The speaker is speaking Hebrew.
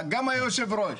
היו"ר,